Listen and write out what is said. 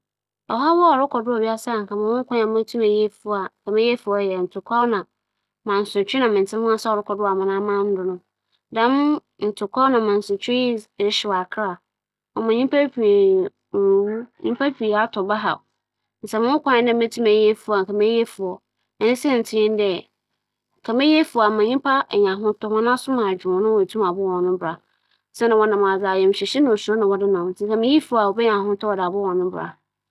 Nkyɛ mobotum eyi wiadze hɛn haw kor efi hͻ a, dza nkyɛ mebeyi efi hͻ nye yarba. Siantsir nye dɛ yarba yɛ adze a ͻhaw ankorankor, ebusua na man mu no nyina. Aman aman na ebusua ebusua na ankorankor sɛɛ sika pii dze ko yarba dɛm ntsi mowͻ tum a medze yi ͻhaw kor bi fi hͻ a, nkyɛ ͻbɛyɛ yarba na mebeyi efi hͻ.